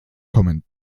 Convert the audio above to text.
kommen